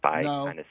no